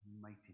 mighty